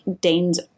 Dane's